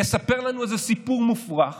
לספר לנו איזה סיפור מופרך